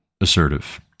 assertive